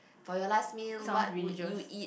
for your last meal what would you eat